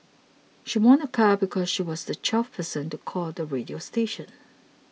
she won a car because she was the twelfth person to call the radio station